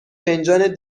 فنجان